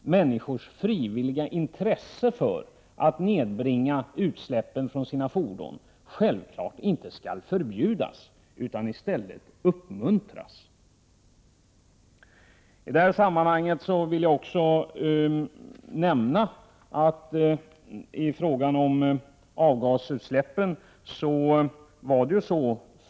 Människor skall självfallet inte förbjudas ha ett intresse för att minska utsläppen från sina fordon. I stället skall de uppmuntras.